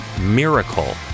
miracle